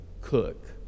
cook